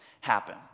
happen